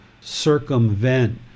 circumvent